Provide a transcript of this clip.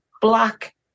black